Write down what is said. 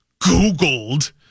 googled